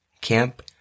Camp